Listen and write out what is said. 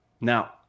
Now